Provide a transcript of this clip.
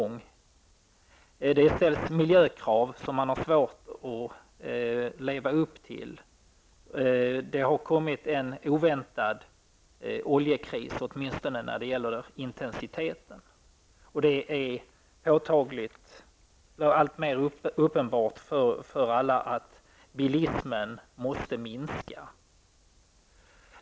Sedan ställs miljökrav som man har svårt att leva upp till. Det har kommit en oväntad oljekris -- åtminstone när det gäller intensiteten. Det är påtagligt och alltmer uppenbart för alla att bilismen måste minska.